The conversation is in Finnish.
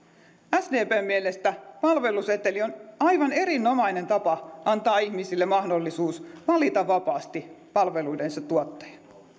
sdpn mielestä palveluseteli on aivan erinomainen tapa antaa ihmisille mahdollisuus valita vapaasti palveluidensa tuottaja